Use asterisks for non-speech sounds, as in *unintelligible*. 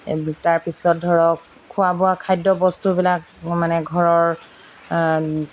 *unintelligible* তাৰপিছত ধৰক খোৱা বোৱা খাদ্য বস্তুবিলাক মানে ঘৰৰ